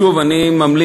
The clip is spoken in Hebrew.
שוב, אני ממליץ,